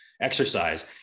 exercise